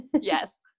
yes